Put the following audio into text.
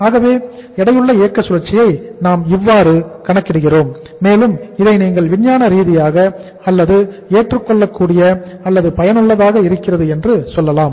ஆகவே எடையுள்ள இயக்க சுழற்சியை நாம் இவ்வாறு கணக்கிடுகிறோம் மேலும் இதை நீங்கள் விஞ்ஞான ரீதியாக அல்லது ஏற்றுக்கொள்ளக்கூடிய அல்லது பயனுள்ளதாக இருக்கிறது என்று சொல்லலாம்